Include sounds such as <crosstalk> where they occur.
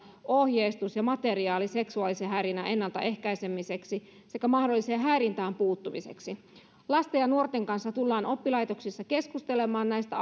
ohjeistus ja materiaali seksuaalisen häirinnän ennalta ehkäisemiseksi sekä mahdolliseen häirintään puuttumiseksi lasten ja nuorten kanssa tullaan oppilaitoksissa keskustelemaan näistä <unintelligible>